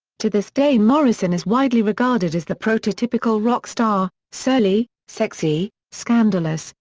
to this day morrison is widely regarded as the prototypical rock-star surly, sexy, scandalous,